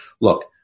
Look